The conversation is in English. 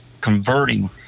converting